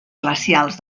glacials